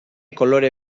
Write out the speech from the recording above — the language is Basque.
kolore